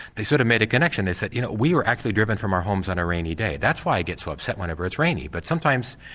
they sort of made a connection. they said you know we were actually driven from our homes on a rainy day, that's why i get so upset whenever it's raining. but sometimes,